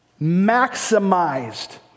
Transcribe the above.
maximized